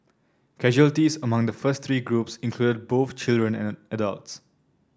casualties among the first three groups included both children and adults